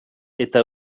eta